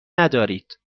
ندارید